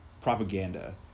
propaganda